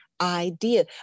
idea